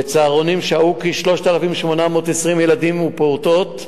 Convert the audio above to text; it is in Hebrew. בצהרונים שהו כ-3,820 ילדים ופעוטות.